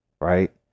right